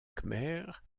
khmer